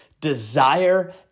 Desire